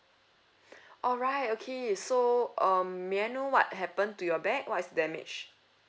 alright okay so um may I know what happened to your bag what is damaged